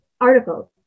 articles